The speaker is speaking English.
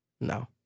No